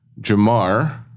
Jamar